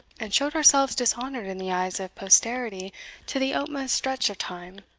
and showed ourselves dishonoured in the eyes of posterity to the utmost stretch of time